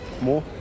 more